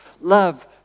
Love